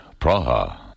Praha